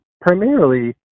primarily